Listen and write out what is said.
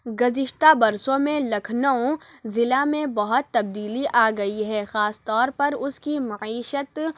گُذشتہ برسوں میں لکھنئو ضلع میں بہت تبدیلی آ گئی ہے خاص طور پر اُس کی معیشت